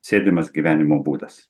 sėdimas gyvenimo būdas